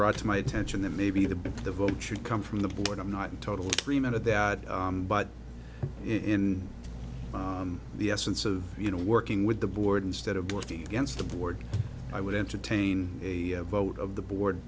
brought to my attention that maybe the but the vote should come from the board i'm not in total agreement of that but in the essence of you know working with the board instead of working against the board i would entertain a vote of the board